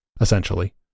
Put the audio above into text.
essentially